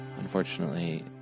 unfortunately